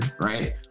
right